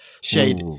shade